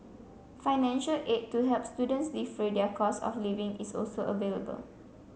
financial aid to help students defray their costs of living is also available